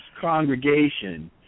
congregation